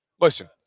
Listen